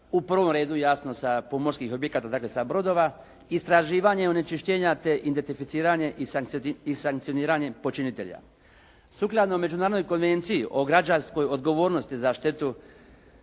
u prvom redu jasno sa pomorskih objekata, dakle sa brodova, istraživanje onečišćenja te identificiranje i sankcioniranje počinitelja. Sukladno Međunarodnoj konvenciji o građanskoj odgovornosti za štetu